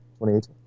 2018